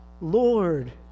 Lord